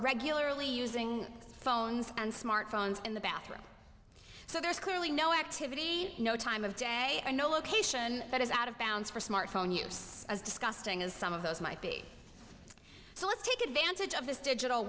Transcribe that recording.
regularly using phones and smartphones in the bathroom so there's clearly no activity no time of day and no location that is out of bounds for smartphone use as disgusting as some of those might be so let's take advantage of this digital